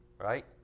right